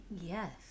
Yes